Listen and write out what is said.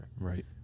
Right